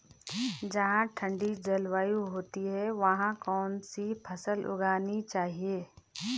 जहाँ ठंडी जलवायु होती है वहाँ कौन सी फसल उगानी चाहिये?